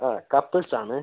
ആ കപ്പിൾസാണ്